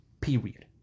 Period